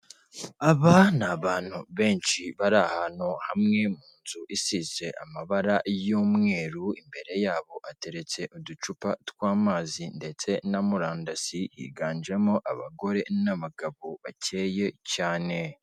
Aba ni abantu benshi bari ahantu hamwe mu nzu isize amabara y'umweru, imbere yabo hateretse uducupa tw'amazi ndetse na murandasi, higanjemo abagore n'abagabo bakeye cyane.